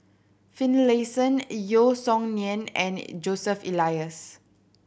Finlayson Yeo Song Nian and Joseph Elias